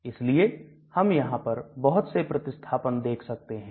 इसलिए हम यहां पर बहुत से प्रतिस्थापन देख सकते हैं